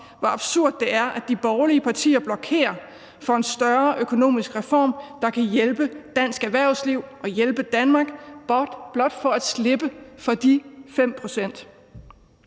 hvor absurd det er, at de borgerlige partier blokerer for en større økonomisk reform, der kan hjælpe dansk erhvervsliv og hjælpe Danmark, blot for at slippe for de 5 pct.